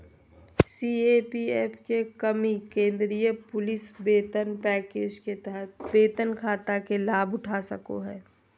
CAPF के कर्मि केंद्रीय पुलिस वेतन पैकेज के तहत वेतन खाता के लाभउठा सको हइ